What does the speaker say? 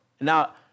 Now